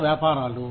చిన్న వ్యాపారాలు